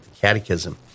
catechism